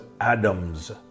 Adam's